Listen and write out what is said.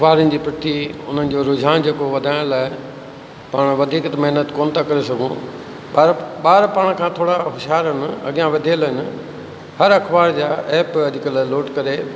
अखबारनि जी पट्टी उन्हनि जो रुझान जेको वधाइण लाइ पाण वधीक महिनत कोन था करे सघूं पर ॿार पाण खां थोरा हुशियारु आहिनि अॻियां वधियल आहिनि हर अखबार जा ऐप अॼुकल्ह लोड करे